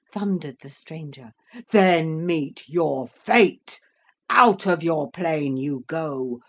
thundered the stranger then meet your fate out of your plane you go.